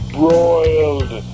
broiled